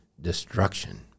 destruction